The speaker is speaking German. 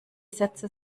sätze